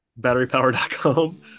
BatteryPower.com